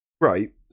Right